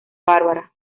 bárbara